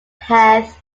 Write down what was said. heath